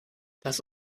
das